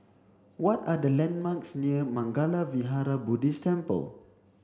what are the landmarks near Mangala Vihara Buddhist Temple